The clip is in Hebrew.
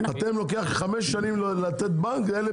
לוקח לכם חמש שנים לתת רישיון בנק ואלה